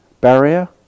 Barrier